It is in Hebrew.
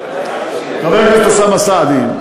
חבר הכנסת אוסאמה סעדי,